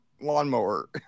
lawnmower